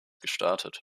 gestartet